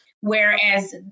Whereas